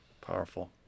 Powerful